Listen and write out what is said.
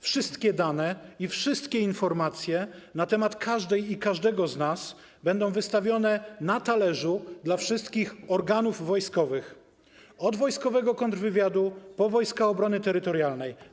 Wszystkie dane i wszystkie informacje na temat każdej i każdego z nas będą wystawione na talerzu dla wszystkich organów wojskowych, od wojskowego kontrwywiadu po Wojska Obrony Terytorialnej.